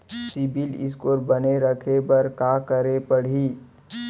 CIBIL score बने रखे बर का करे पड़ही?